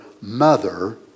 mother